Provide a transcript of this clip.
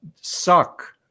suck